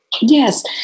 Yes